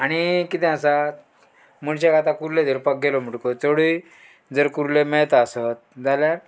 आणी कितें आसा मनशाक आतां कुल्ल्यो धरपाक गेलो म्हटको चडूय जर कुर्ल्यो मेळता आसत जाल्यार